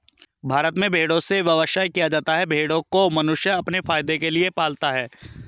भारत में भेड़ों से व्यवसाय किया जाता है भेड़ों को मनुष्य अपने फायदे के लिए पालता है